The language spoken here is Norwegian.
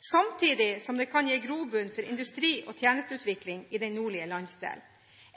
samtidig som det kan gi grobunn for industri- og tjenesteutvikling i den nordlige landsdelen.